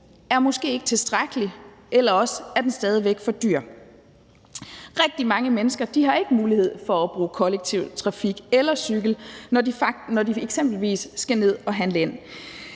er måske ikke tilstrækkelig, eller også er den stadig væk for dyr. Rigtig mange mennesker har ikke mulighed for at bruge kollektiv trafik eller cykel, når de eksempelvis skal ned og handle.